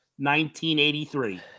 1983